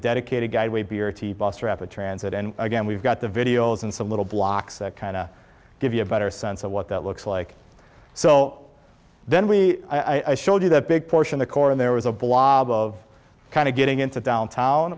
dedicated transit and again we've got the videos and some little blocks that kind of give you a better sense of what that looks like so then we i showed you that big portion the core and there was a block of kind of getting into downtown